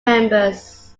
members